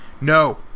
No